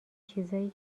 چیزایی